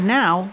now